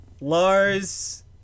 Lars